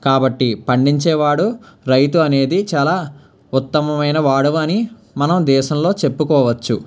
కాబట్టి పండించేవాడు రైతు అనేది చాలా ఉత్తమమైన వాడు అని మనం దేశంలో చెప్పుకోవచ్చు